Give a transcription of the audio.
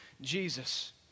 Jesus